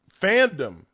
fandom